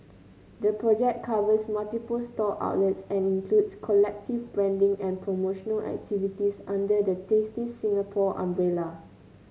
the project covers multiple store outlets and includes collective branding and promotional activities under the Tasty Singapore umbrella